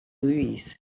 louise